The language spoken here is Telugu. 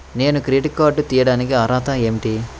నేను క్రెడిట్ కార్డు తీయడానికి అర్హత ఏమిటి?